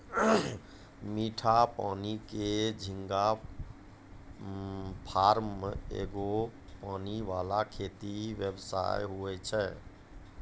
मीठा पानी के झींगा फार्म एगो पानी वाला खेती व्यवसाय हुवै छै